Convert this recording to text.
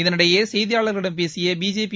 இதனிடையே செய்தியாளா்களிடம் பேசிய பிஜேபி